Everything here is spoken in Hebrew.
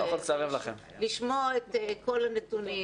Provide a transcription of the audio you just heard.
לשמוע את הנתונים,